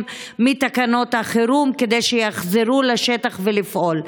מתקנות החירום כדי שיחזרו לשטח לפעול.